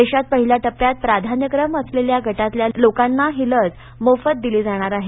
देशात पहिल्या टप्प्यात प्राधान्यक्रम असलेल्या गटातल्या लोकांना ही लस मोफत दिली जाणार आहे